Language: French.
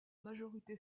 majorité